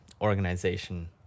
organization